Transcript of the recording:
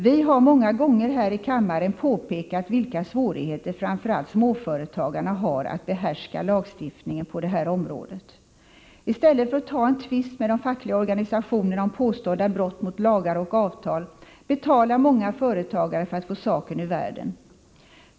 Vi har många gånger här i kammaren påpekat vilka svårigheter framför allt småföretagarna har att behärska lagstiftningen på det här området. I stället för att ta en tvist med de fackliga organisationerna om påstådda brott mot lagar och avtal betalar många företagare för att få saken ur världen.